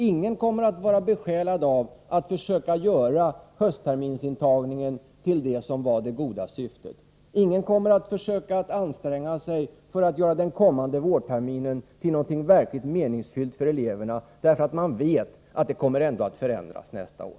Ingen kommer att vara besjälad av att försöka göra höstterminsintagningen till det som var det goda syftet. Ingen kommer att försöka anstränga sig för att göra den kommande vårterminen till något verkligt meningsfyllt för eleverna, därför att man vet att det kommer att bli en förändring nästa år.